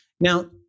Now